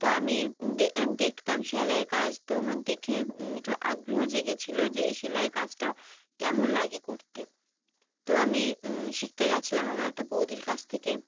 তা আমি দে দেখতাম সেলাইয়ের কাজ তো আমার দেখে একটু আগ্রহ জেগেছিলো যে এই সেলাইয়ের কাজটা কেমন লাগে করতে তো আমি শিখতে গেছিলাম আমার একটা বৌদির কাছ থেকে